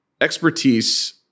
expertise